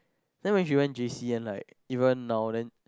then when she went J_C and like even now then